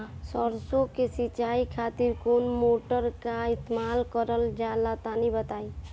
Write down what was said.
सरसो के सिंचाई खातिर कौन मोटर का इस्तेमाल करल जाला तनि बताई?